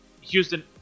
Houston